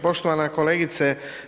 Poštovana kolegice.